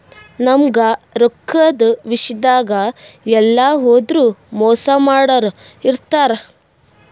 ನಮ್ಗ್ ರೊಕ್ಕದ್ ವಿಷ್ಯಾದಾಗ್ ಎಲ್ಲ್ ಹೋದ್ರು ಮೋಸ್ ಮಾಡೋರ್ ಇರ್ತಾರ